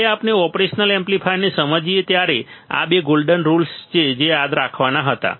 જ્યારે આપણે ઓપરેશનલ એમ્પ્લીફાયરને સમજીએ ત્યારે આ બે ગોલ્ડન રુલ્સ છે જે યાદ રાખવાના હતા